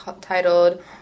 titled